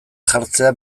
jartzea